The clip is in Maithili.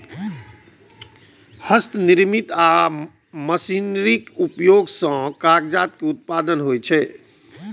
हस्तनिर्मित आ मशीनरीक उपयोग सं कागजक उत्पादन होइ छै